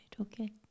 okay